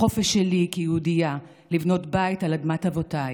החופש שלי כיהודייה לבנות בית על אדמת אבותיי,